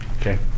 Okay